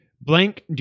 Blank